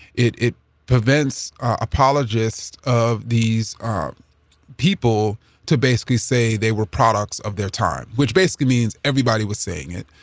it it prevents apologists of these um people to basically say they were products of their time, which basically means everybody was saying it,